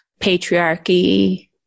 patriarchy